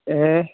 ഏ